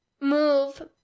move